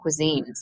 cuisines